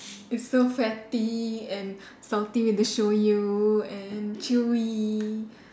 it's so fatty and salty with the shoyu and chewy